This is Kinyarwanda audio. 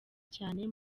cyane